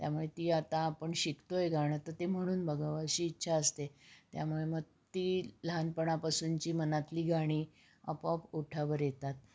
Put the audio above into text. त्यामुळे ती आता आपण शिकतो आहे गाणं तर ते म्हणून बघावं अशी इच्छा असते त्यामुळे मग ती लहानपणापासूनची मनातली गाणी आपोआप ओठावर येतात